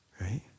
right